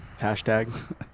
Hashtag